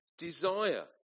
desire